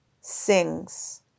sings